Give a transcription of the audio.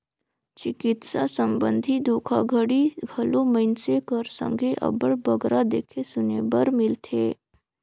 चिकित्सा संबंधी धोखाघड़ी घलो मइनसे कर संघे अब्बड़ बगरा देखे सुने बर मिलथे